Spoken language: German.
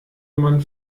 man